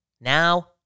now